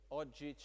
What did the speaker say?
oggi